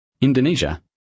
Indonesia